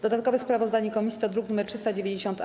Dodatkowe sprawozdanie komisji to druk nr 390-A.